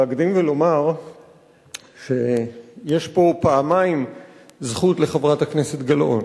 להקדים ולומר שיש פה פעמיים זכות לחברת הכנסת גלאון.